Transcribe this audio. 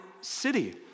city